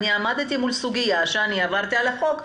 אני עמדתי מול סוגיה שבה אני עברתי על החוק,